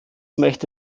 möchte